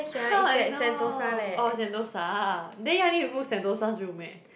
how I know oh Sentosa then you all need to book Sentosa's room eh